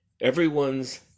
Everyone's